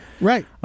right